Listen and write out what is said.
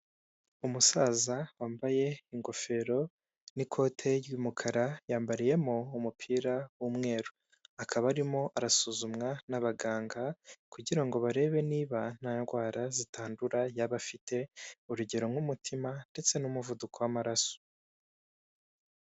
Umusaza wambaye ingofero n'ikote ry'umukara, yambariyemo umupira w'umweru, akaba arimo arasuzumwa n'abaganga kugira ngo barebe niba nta ndwara zitandura yaba afite, urugero nk'umutima ndetse n'umuvuduko w'amaraso.